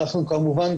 אנחנו כמובן,